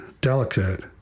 delicate